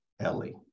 Ellie